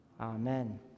amen